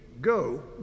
go